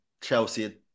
Chelsea